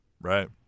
right